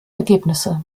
ergebnisse